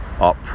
up